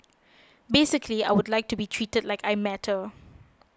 basically I would like to be treated like I matter